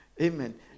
amen